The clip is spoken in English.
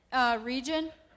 Region